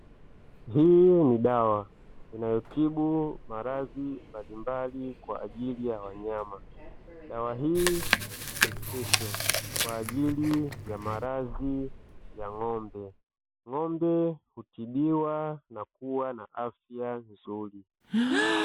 Hii ni dawa inayotibu maradhi mbalimbali kwa ajili ya wanyama dawa hii ni spesho kwa ajili ya maradhi ya ng'ombe, ng'ombe hutibiwa na kuwa na afya nzuri.